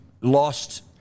lost